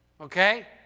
Okay